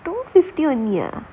two fifty one ah